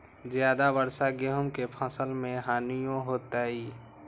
ज्यादा वर्षा गेंहू के फसल मे हानियों होतेई?